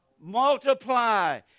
multiply